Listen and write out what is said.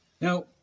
Now